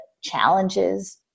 challenges